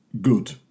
Good